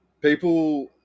people